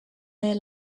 their